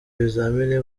ibizamini